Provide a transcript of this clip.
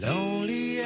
Lonely